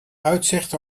uitzicht